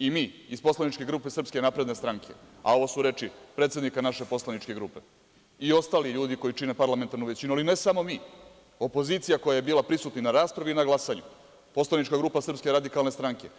I mi iz poslaničke grupe Srpske napredne stranke, a ovo su reči predsednika naše poslaničke grupe, i ostalih ljudi koji čine parlamentarnu većinu, ali ne samo mi, opozicija koja je bila prisutna i na raspravi i na glasanju, poslanička grupa SRS